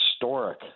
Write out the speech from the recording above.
historic